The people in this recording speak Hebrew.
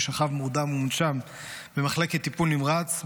שכב מורדם ומונשם במחלקת טיפול נמרץ,